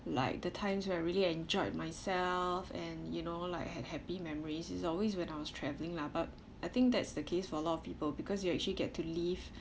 like the times where I really enjoyed myself and you know like had happy memories is always when I was travelling lah but I think that's the case for a lot of people because you actually get to leave